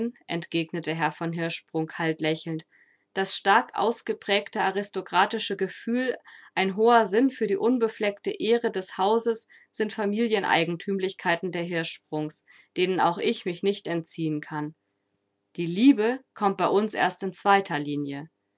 entgegnete herr von hirschsprung kalt lächelnd das stark ausgeprägte aristokratische gefühl ein hoher sinn für die unbefleckte ehre des hauses sind familieneigentümlichkeiten der hirschsprungs denen auch ich mich nicht entziehen kann die liebe kommt bei uns erst in zweiter linie